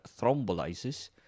thrombolysis